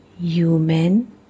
human